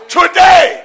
today